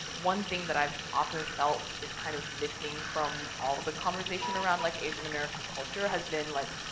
one thing that i've often felt is kind of missing from all of the conversation around like asian american culture has been like,